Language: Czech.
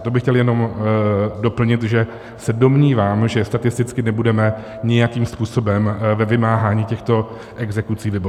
To bych chtěl jenom doplnit, že se domnívám, že statisticky nebudeme nijakým způsobem ve vymáhání těchto exekucí vybočovat.